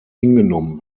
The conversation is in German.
hingenommen